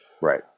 right